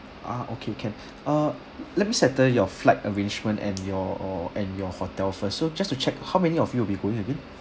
ah okay can uh let me settle your flight arrangement and your or and your hotel first so just to check how many of you will be going again